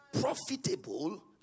Profitable